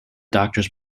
doctors